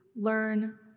learn